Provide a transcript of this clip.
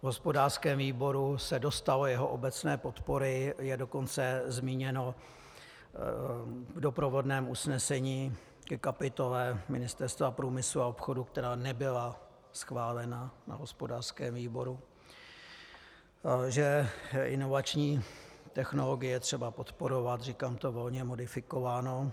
V hospodářském výboru se dostalo jeho obecné podpory, je dokonce zmíněno v doprovodném usnesení ke kapitole Ministerstva průmyslu a obchodu, která nebyla schválena na hospodářském výboru, že inovační technologie je třeba podporovat, říkám to volně, modifikováno.